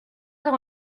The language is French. dans